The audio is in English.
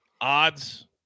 odds